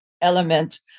element